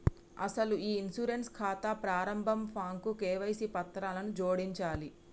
అసలు ఈ ఇన్సూరెన్స్ ఖాతా ప్రారంభ ఫాంకు కేవైసీ పత్రాలను జోడించాలి